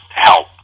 help